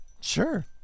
Sure